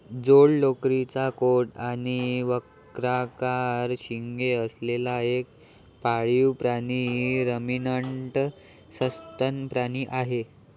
जाड लोकरीचा कोट आणि वक्राकार शिंगे असलेला एक पाळीव प्राणी रमिनंट सस्तन प्राणी आहे